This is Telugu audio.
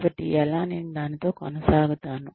కాబట్టి ఎలా నేను దానితో కొనసాగుతాను